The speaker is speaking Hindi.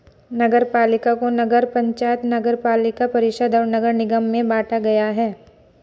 नगरपालिका को नगर पंचायत, नगरपालिका परिषद और नगर निगम में बांटा गया है